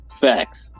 Facts